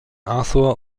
arthur